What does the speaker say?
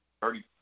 Thirty